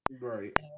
right